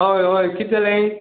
हय हय कित जाले